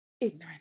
ignorance